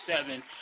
seven